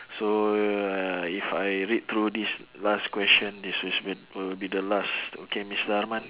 so uh if I read through this last question this is will will be the last okay mister arman